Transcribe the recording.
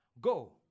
Go